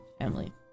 family